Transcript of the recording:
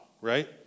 right